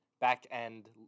Back-end